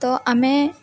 ତ ଆମେ